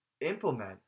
implement